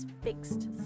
fixed